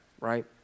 right